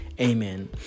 Amen